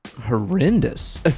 horrendous